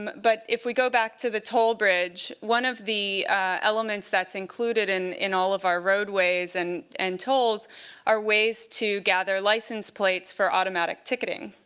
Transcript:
but if we go back to the toll bridge, one of the elements that's included in in all of our roadways and and tolls are ways to gather license plates for automatic ticketing.